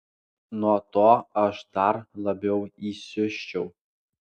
nuo to aš dar labiau įsiusčiau